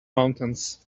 mountains